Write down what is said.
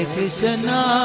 Krishna